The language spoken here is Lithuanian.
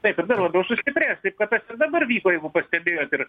taip ir dar labiau sustiprės taip kad tas ir dabar vyko jeigu pastebėjot ir